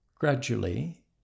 Gradually